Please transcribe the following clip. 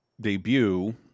debut